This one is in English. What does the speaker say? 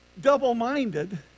double-minded